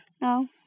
No